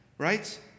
Right